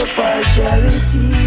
partiality